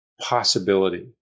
possibility